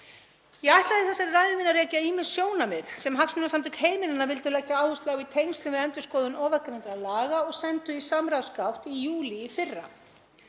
Ég ætla í þessari ræðu minni að rekja ýmis sjónarmið sem Hagsmunasamtök heimilanna vildu leggja áherslu á í tengslum við endurskoðun ofangreindra laga og sendu í samráðsgátt í júlí í fyrra.